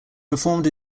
performed